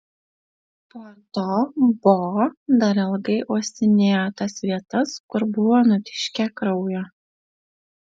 po to bo dar ilgai uostinėjo tas vietas kur buvo nutiškę kraujo